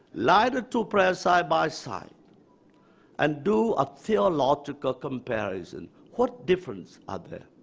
lie the two prayers side by side and do a theological comparison. what differences are there?